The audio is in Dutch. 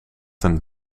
ten